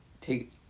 take